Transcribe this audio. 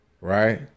right